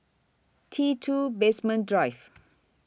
T two Basement Drive